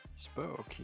Spoke